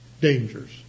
dangers